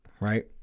Right